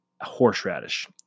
horseradish